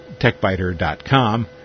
techbiter.com